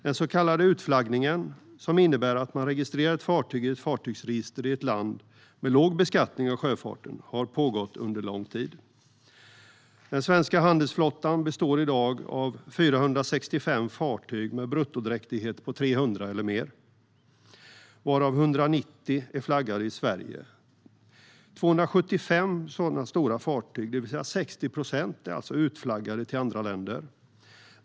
Den så kallade utflaggningen, som innebär att man registrerar ett fartyg i ett fartygsregister i ett land med låg beskattning av sjöfarten, har pågått under lång tid. Den svenska handelsflottan består i dag av 465 fartyg med en bruttodräktighet på 300 eller mer, varav 190 är flaggade i Sverige. 275 sådana stora fartyg, det vill säga 60 procent, är alltså utflaggade till andra länder.